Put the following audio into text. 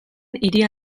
hiria